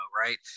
right